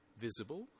Visible